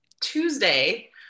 Tuesday